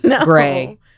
gray